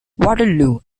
waterloo